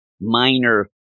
minor